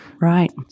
Right